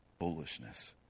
bullishness